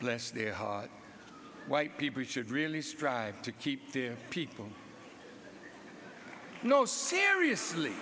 bless their heart white people should really strive to keep their people no seriously